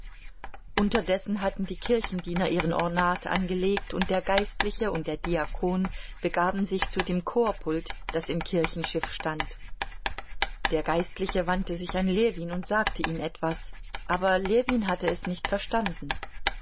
unterdessen hatten die kirchendiener ihren ornat angelegt und der geistliche und der diakon begaben sich zu dem chorpult das im kirchenschiff stand der geistliche wandte sich an ljewin und sagte ihm etwas aber ljewin hatte es nicht verstanden